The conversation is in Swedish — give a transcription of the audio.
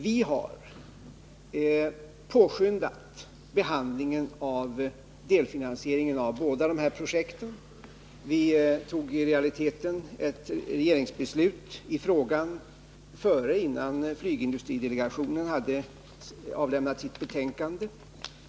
Vi har påskyndat förhandlingen om delfinansieringen av båda dessa projekt. Vi fattade i realiteten ett regeringsbeslut innan flygdelegationen hade avlämnat sitt betänkande.